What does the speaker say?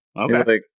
okay